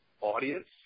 audience